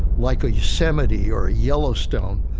like a yosemite or a yellowstone,